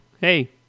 hey